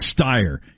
Steyer